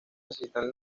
necesitan